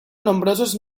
nombrosos